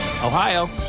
Ohio